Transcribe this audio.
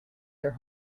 their